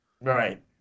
Right